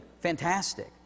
fantastic